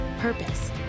purpose